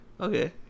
Okay